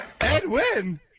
Edwin